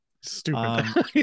stupid